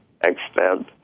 extend